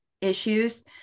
issues